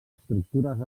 estructures